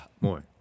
more